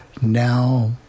now